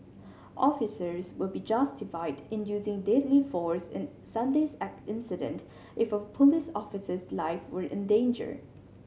officers would be justified in using deadly force in Sunday's incident if a police officer's life were in danger